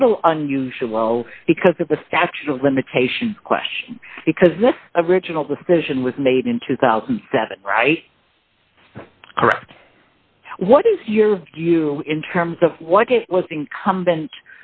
little unusual because of the statute of limitations question because the original decision was made in two thousand and seven right correct what is your view in terms of what it was incumbent